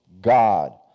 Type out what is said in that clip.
God